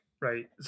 right